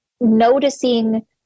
noticing